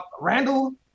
Randall